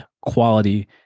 quality